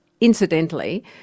incidentally